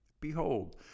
Behold